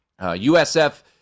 USF